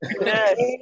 Yes